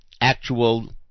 actual